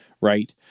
right